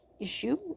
issue